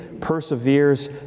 perseveres